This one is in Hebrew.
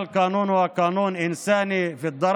זה לא הגיוני שהבן אדם יישאר יומיים או שלושה ימים במכון